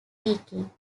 weakening